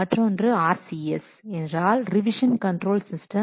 மற்றொன்று RCS என்றால் revision control system